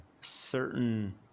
certain